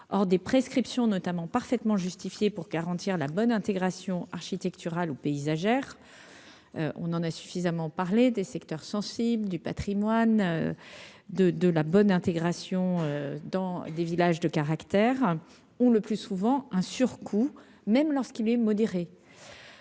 hors des prescriptions notamment parfaitement justifiée pour garantir la bonne intégration architecturale ou paysagère. On en a suffisamment parlé des secteurs sensibles du Patrimoine de de la bonne intégration dans des villages de caractère ou le plus souvent un surcoût, même lorsqu'il est modéré,